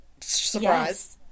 Surprise